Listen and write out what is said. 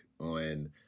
on